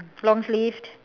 long sleeved